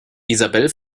isabel